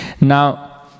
Now